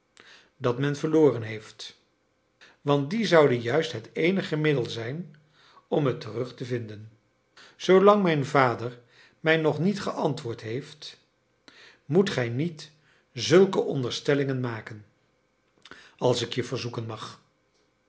dat men verloren heeft want die zouden juist het eenige middel zijn om het terug te vinden zoolang mijn vader mij nog niet geantwoord heeft moet gij niet zulke onderstellingen maken als ik je verzoeken mag